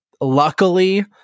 luckily